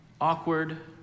awkward